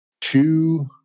two